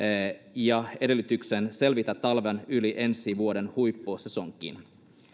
ja edellytykset selvitä talven yli ensi vuoden huippusesonkiin